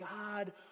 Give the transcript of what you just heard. God